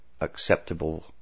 acceptable